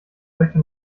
möchte